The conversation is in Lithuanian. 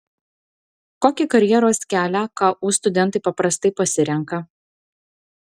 kokį karjeros kelią ku studentai paprastai pasirenka